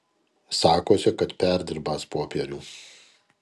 sakosi kad perdirbąs popierių